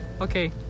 Okay